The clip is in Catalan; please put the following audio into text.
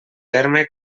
terme